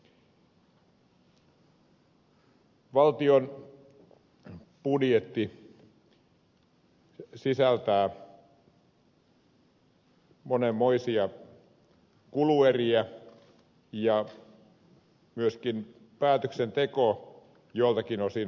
valtion budjetti sisältää monenmoisia kulueriä ja myöskin päätöksenteko joiltakin osin on vähän kyseenalaista